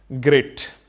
Great